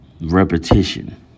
Repetition